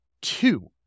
Two